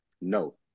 No